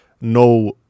no